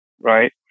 Right